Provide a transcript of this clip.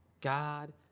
God